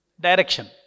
Direction